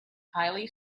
highly